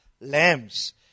lambs